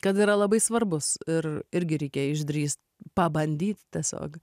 kad yra labai svarbus ir irgi reikia išdrįst pabandyt tiesiog